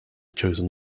chosen